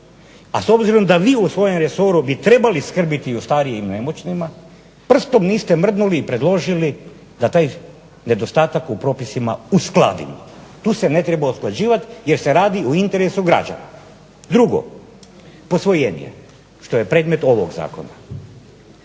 a s obzirom da vi u svom resoru bi trebali skrbiti o starijim i nemoćnima, prstom niste mrdnuli i predložili da taj nedostatak u propisima uskladimo. Tu se ne treba usklađivati jer se radio o interesu građana. Drugo. Posvojenje, što je predmet ovog zakona.